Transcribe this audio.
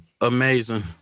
Amazing